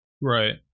Right